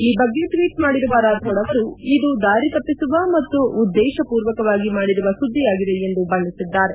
ಈ ಬಗ್ಗೆ ಟ್ವೀಟ್ ಮಾಡಿರುವ ರಾಥೋಡ್ ಅವರು ಇದು ದಾರಿ ತಪ್ಪಿಸುವ ಮತ್ತು ಉದ್ದೇಶಪೂರ್ವಕವಾಗಿ ಮಾಡಿರುವ ಸುದ್ದಿಯಾಗಿದೆ ಎಂದು ಬಣ್ಣಿಸಿದ್ದಾರೆ